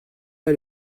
pas